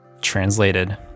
translated